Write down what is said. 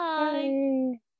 bye